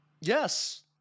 Yes